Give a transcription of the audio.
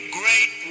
great